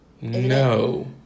no